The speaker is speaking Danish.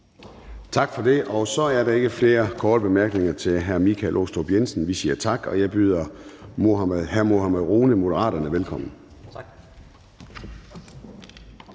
Tak for det, og så er der ikke flere korte bemærkninger til hr. Michael Aastrup Jensen. Vi siger tak, og jeg byder hr. Mohammad Rona, Moderaterne, velkommen. Kl.